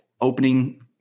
opening